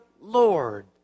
Lord